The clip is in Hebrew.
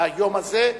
ליום הזה.